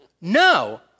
No